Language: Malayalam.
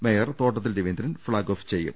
mayor Thottathil Raveendran flag off ചെയ്യും